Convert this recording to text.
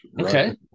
Okay